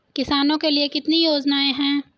किसानों के लिए कितनी योजनाएं हैं?